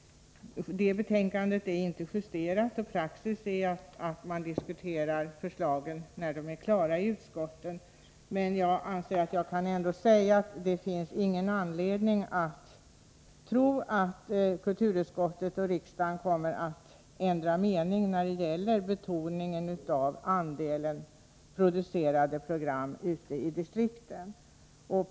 Betänkandet är inte justerat, och praxis är att man diskuterar ett förslag först när det är färdigbehandlat i utskottet. Men jag anser ändå att jag kan säga att det inte finns någon anledning att tro att kulturutskottet och riksdagen kommer att ändra mening när det gäller betoningen av andelen producerade program ute i distrikten.